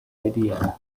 idea